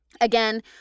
Again